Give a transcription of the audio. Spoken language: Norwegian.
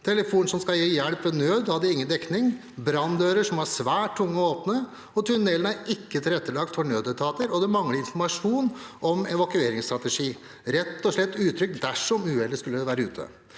telefonen som skal gi hjelp ved nød, hadde ingen dekning, branndører var svært tunge å åpne, tunnelen er ikke tilrettelagt for nødetater, og det mangler informasjon om evakueringsstrategi – rett og slett utrygt dersom uhellet skulle være ute.